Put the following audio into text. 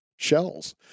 shells